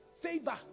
favor